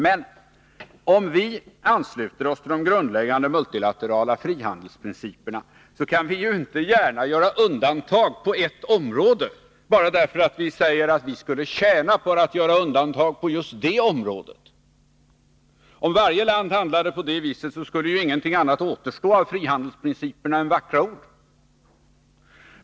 Men om vi ansluter oss till de grundläggande multinationella frihandelsprinciperna kan vi inte gärna göra undantag på ett område bara därför att vi säger att vi skulle tjäna på att göra undantag på just det området. Om varje land handlade på det visat skulle ju ingenting återstå av frihandelsprinciperna annat än vackra ord.